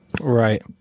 Right